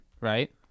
right